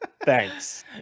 thanks